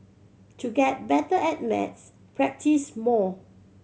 to get better at maths practise more